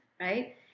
right